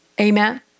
Amen